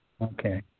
Okay